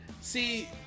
see